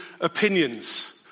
opinions